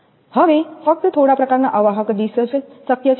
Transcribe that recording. તેથી ફક્ત થોડા પ્રકારનાં અવાહક ડિસ્ક જ શક્ય છે